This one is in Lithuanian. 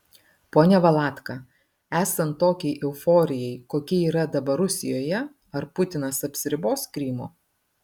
pone valatka esant tokiai euforijai kokia yra dabar rusijoje ar putinas apsiribos krymu